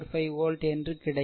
45 volt என்று கிடைக்கும்